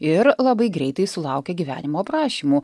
ir labai greitai sulaukia gyvenimo aprašymų